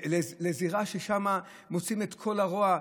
לזירה ששם מוציאים את כל הרוע,